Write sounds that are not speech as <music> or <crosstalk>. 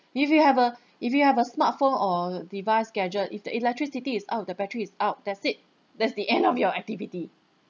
<breath> if you have a <breath> if you have a smartphone or device gadget if the electricity is out the battery is out that's it that's the end of your activity